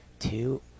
Two